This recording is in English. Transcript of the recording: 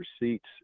receipts